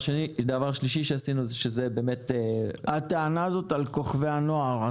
עסקתם בטענה על כוכבי הנוער?